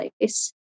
place